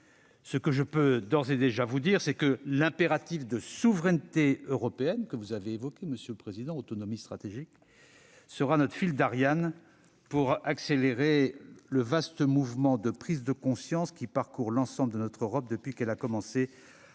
Ce que je puis d'ores et déjà vous indiquer, c'est que l'impératif de souveraineté européenne, que vous avez évoqué, monsieur le président de la commission, avec l'autonomie stratégique, sera notre fil d'Ariane pour accélérer le vaste mouvement de prise de conscience qui parcourt l'ensemble de notre Europe depuis qu'elle a commencé à sortir